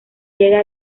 llega